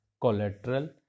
collateral